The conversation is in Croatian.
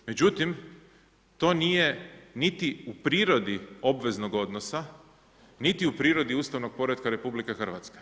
Međutim, to nije niti u prirodi obveznog odnosa, niti u prirodi ustavnog poretka RH.